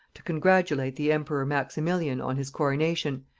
to congratulate the emperor maximilian on his coronation,